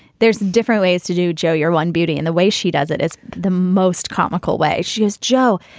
there's different ways to do joe your one beauty and the way she does it. it's the most comical way she is. joe,